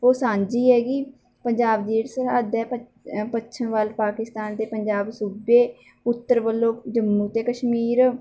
ਉਹ ਸਾਂਝੀ ਹੈਗੀ ਪੰਜਾਬ ਦੀ ਜਿਹੜੀ ਸਰਹੱਦ ਹੈ ਪੱ ਪੱਛਮ ਵੱਲ ਪਾਕਿਸਤਾਨ ਦੇ ਪੰਜਾਬ ਸੂਬੇ ਉੱਤਰ ਵੱਲੋਂ ਜੰਮੂ ਅਤੇ ਕਸ਼ਮੀਰ